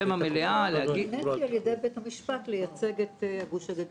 מוניתי על ידי בית המשפט לייצג את הגוש הגדול,